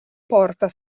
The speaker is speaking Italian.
porta